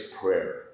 prayer